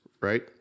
right